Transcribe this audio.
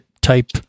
type